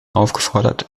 aufgefordert